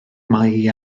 mae